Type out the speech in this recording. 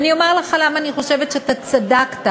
ואומר לך למה אני חושבת שאתה צדקת,